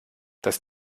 das